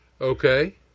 Okay